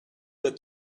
the